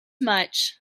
much